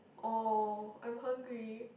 !aww! I'm hungry